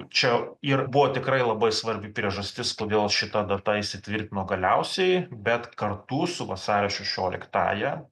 čia ir buvo tikrai labai svarbi priežastis todėl šita data įsitvirtino galiausiai bet kartu su vasario šešioliktąja